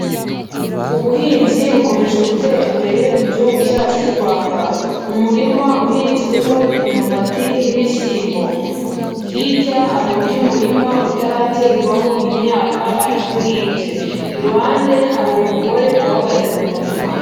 Ubuhinzi bukomeje gutera imbere mu Gihugu cyacu cy'u Rwanda. Umurima uhinzwemo imyumbati n'ibishyimbo. Hirya hari undi murima utaraterwamo imyaka ariko uhinze, iruhande hari umugore uhagaze mu murima.